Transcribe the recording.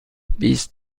بیست